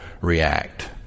react